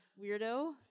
weirdo